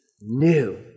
new